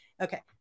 Okay